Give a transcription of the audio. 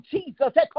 Jesus